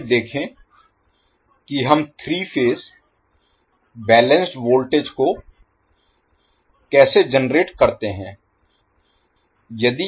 आइए देखें कि हम 3 फेज बैलेंस्ड वोल्टेज को कैसे जनरेट करते हैं